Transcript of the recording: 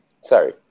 Sorry